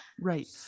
Right